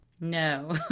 No